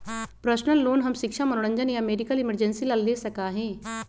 personal loan हम शिक्षा मनोरंजन या मेडिकल इमरजेंसी ला ले सका ही